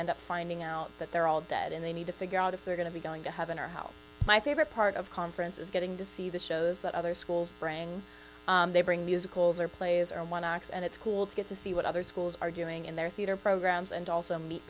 end up finding out that they're all dead and they need to figure out if they're going to be going to have in our house my favorite part of conferences getting to see the shows that other schools bring they bring musicals or plays and one acts and it's cool to get to see what other schools are doing in their theater programs and also meet